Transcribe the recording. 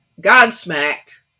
God-smacked